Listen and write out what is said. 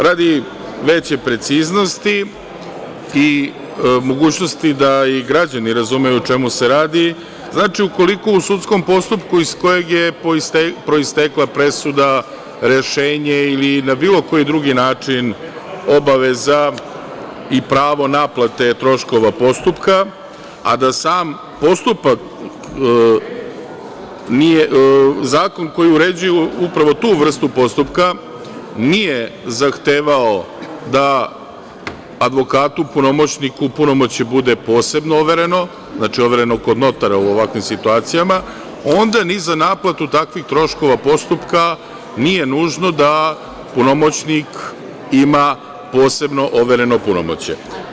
Radi veće preciznosti i mogućnosti da i građani razumeju o čemu se radi, ukoliko u sudskom postupku iz kojeg je proistekla presuda, rešenje ili na bilo koji drugi način obaveza i pravo naplate troškova postupka, a da sam postupak, zakon koji uređuje upravo tu vrstu postupku, nije zahtevao advokatu, punomoćniku punomoćje bude posebno overeno, znači overeno kod notara u ovakvim situacijama, onda ni za naplatu takvih troškova postupka nije nužno da punomoćnik ima posebno overeno punomoćje.